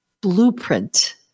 blueprint